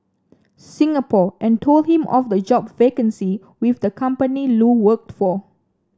Singapore and told him of the job vacancy with the company Lu worked for